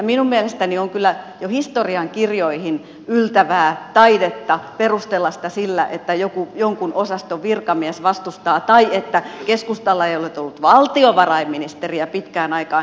minun mielestäni on kyllä jo historiankirjoihin yltävää taidetta perustella sitä sillä että jonkun osaston virkamies vastustaa tai että keskustalla ei ole ollut valtiovarainministeriä pitkään aikaan